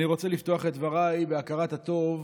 אני רוצה לפתוח את דבריי בהכרת הטוב.